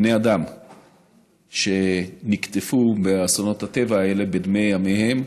בני אדם שנקטפו באסונות הטבע האלה בדמי ימיהם,